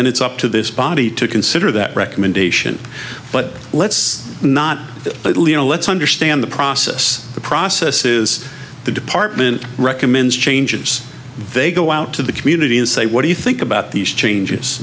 then it's up to this body to consider that recommendation but let's not let's understand the process the process is the department recommends changes they go out to the commune say what do you think about these changes